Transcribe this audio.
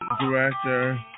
Director